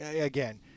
again